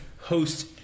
host